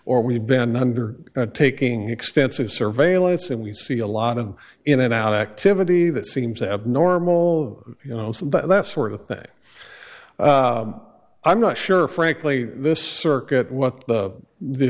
or we've been under taking extensive surveillance and we see a lot of in and out activity that seems abnormal you know so that's sort of thing i'm not sure frankly this circuit what the